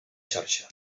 xarxa